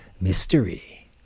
mystery